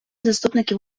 заступників